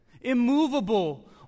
immovable